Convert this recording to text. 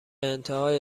انتهای